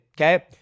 okay